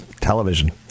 television